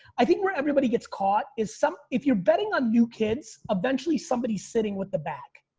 i think where everybody gets caught is some, if you're betting on new kids, eventually somebody sitting with the back